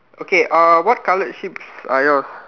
okay uh what colored sheeps are yours